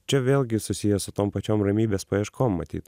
čia vėlgi susiję su tom pačiom ramybės paieškom matyt